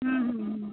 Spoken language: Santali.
ᱦᱮᱸ ᱦᱮᱸ